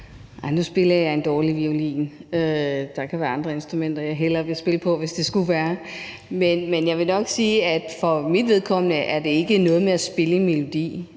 Nej, nu spiller jeg en dårlig violin. Der kan være andre instrumenter, jeg hellere vil spille på, hvis det skulle være. Men jeg vil nok sige, at for mit vedkommende er det ikke noget med at spille en melodi.